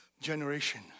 generation